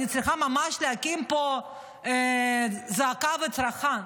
אני צריכה ממש להקים פה זעקה וצרחה.